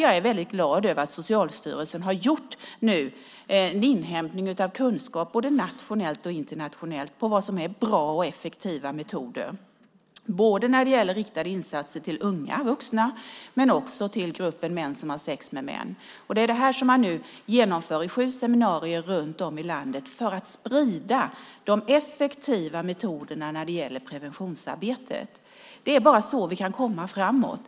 Jag är väldigt glad över att Socialstyrelsen har gjort en inhämtning av kunskap, både nationellt och internationellt, om vad som är bra och effektiva metoder. Det gäller riktade insatser till både gruppen unga vuxna och gruppen män som har sex med män. Det är det här som man nu genomför i sju seminarier runt om i landet för att sprida de effektiva metoderna när det gäller preventionsarbete. Det är bara så vi kan komma framåt.